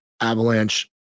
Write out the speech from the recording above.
avalanche